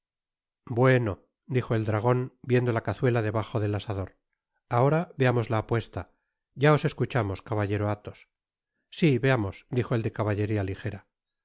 bueno dijo el dragon viendo la cazuela debajo del asador ahora veamos la apuesta ya os escuchamos caballero athos si veamos dijo el de caballeria ligera pues